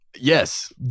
yes